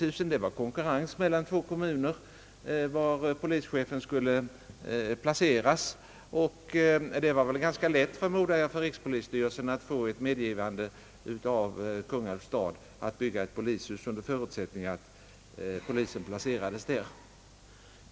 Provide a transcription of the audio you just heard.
I det här fallet var det konkurrens mellan två kommuner var polischefen skulle placeras. Jag förmodar att det var ganska lätt för rikspolisstyrelsen att få ett medgivande av Kungälvs stad att bygga ett polishus under förutsättning att polischefen placerades där.